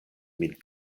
min